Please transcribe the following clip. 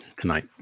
tonight